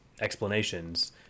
explanations